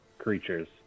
Creatures